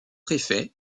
préfet